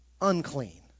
unclean